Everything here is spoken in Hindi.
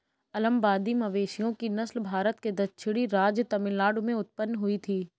अलंबादी मवेशियों की नस्ल भारत के दक्षिणी राज्य तमिलनाडु में उत्पन्न हुई थी